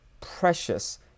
precious